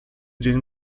dzień